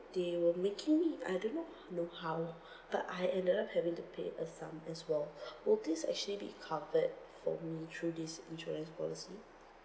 they were making me I do not know how but I ended up having to pay a sum as well will this actually be covered for me through this insurance policy